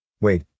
Wait